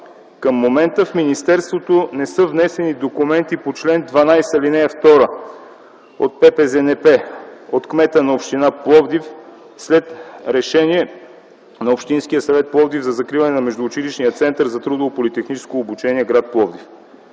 Към момента в министерството не са внесени документи по чл. 12, ал. 2 от ППЗНП от кмета на община Пловдив след решение на Общинския съвет – Пловдив, за закриване на Междуучилищния център за трудово политехническо обучение – гр. Пловдив.